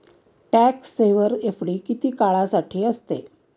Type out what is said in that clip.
Tax saver FD किती काळासाठी असते?